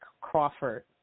Crawford